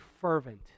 fervent